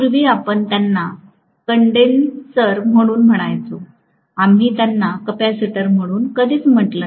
पूर्वी आपण त्यांना कंडेनसर म्हणून म्हणायचो आम्ही त्यांना कपॅसिटर म्हणून कधीच म्हटलं नाही